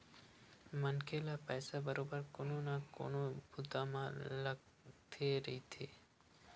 मनखे ल पइसा बरोबर कोनो न कोनो बूता म लगथे रहिथे